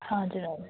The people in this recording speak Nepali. हजुर हजुर